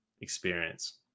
experience